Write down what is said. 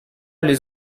les